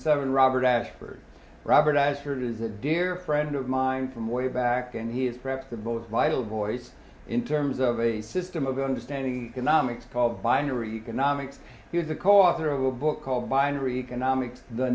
seven robert ashford robert ashford is a dear friend of mine from way back and he is perhaps the most vital voice in terms of a system of understanding nomics called binary economics here's a co author of a book called binary economics the